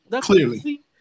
Clearly